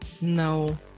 No